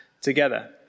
together